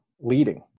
leading